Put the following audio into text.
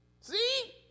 See